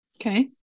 Okay